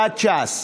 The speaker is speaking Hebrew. דסטה גדי יברקן,